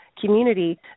Community